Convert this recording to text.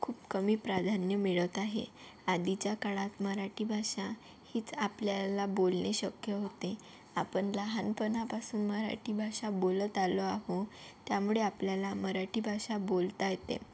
खूप कमी प्राधान्य मिळत आहे आधीच्या काळात मराठी भाषा हीच आपल्याला बोलणे शक्य होते आपण लहानपणापासून मराठी भाषा बोलत आलो आहो त्यामुळे आपल्याला मराठी भाषा बोलता येते